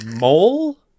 mole